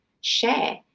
share